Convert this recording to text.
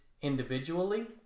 individually